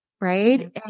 Right